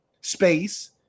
Space